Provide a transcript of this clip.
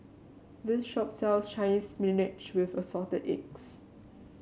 this shop sells Chinese Spinach with Assorted Eggs